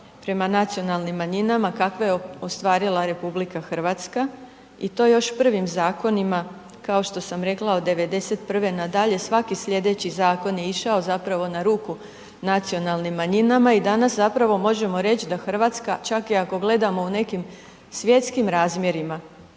prema nacionalnim manjinama kakve je ostvarila RH i to je još prvim zakonima kao što sam rekla od '91. nadalje svaki slijedeći zakon je išao zapravo na ruku nacionalnim manjinama i danas zapravo možemo reći da Hrvatska čak i ako gledamo u nekim svjetskim razmjerima